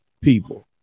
people